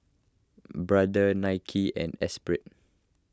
Brother Nike and Esprit